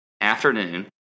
afternoon